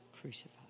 crucified